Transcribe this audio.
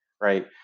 right